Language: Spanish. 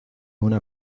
una